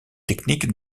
techniques